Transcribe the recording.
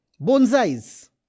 bonsais